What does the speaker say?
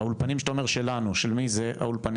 האולפנים שאתה אומר שלנו, של מי זה האולפנים?